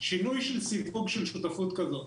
שינוי של סיווג של שותפות כזאת,